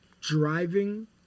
driving